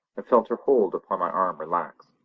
and felt her hold upon my arm relax.